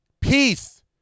Peace